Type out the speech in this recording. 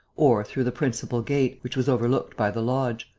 or through the principal gate, which was overlooked by the lodge.